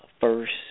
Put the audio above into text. first